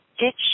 ditch